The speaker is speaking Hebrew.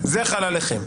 זה חל עליכם.